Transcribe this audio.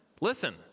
Listen